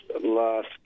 last